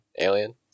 Alien